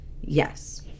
yes